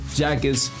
jackets